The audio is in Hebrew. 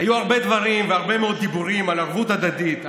היו הרבה דברים והרבה מאוד דיבורים על ערבות הדדית,